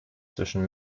zwischen